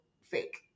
fake